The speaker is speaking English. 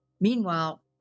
Meanwhile